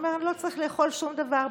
הוא אומר: אני לא צריך לאכול שום דבר,